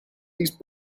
these